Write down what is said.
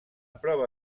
prova